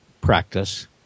practice